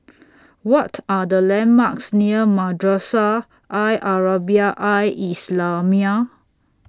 What Are The landmarks near Madrasah Al Arabiah Al Islamiah